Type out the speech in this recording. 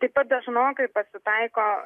taip pat dažnokai pasitaiko